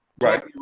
Right